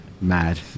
Mad